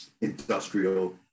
industrial